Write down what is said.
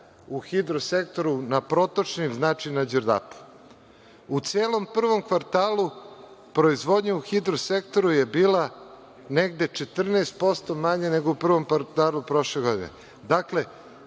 u hidro sektoru na protočnim, znači, na Đerdapu. U celom prvom kvartalu, proizvodnja u hidro sektoru je bila negde 14% manja nego u prvom kvartalu prošle godine. Dakle,